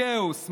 כאוס,